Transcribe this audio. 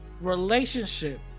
relationship